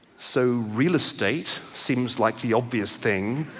so real estate seems like the obvious thing.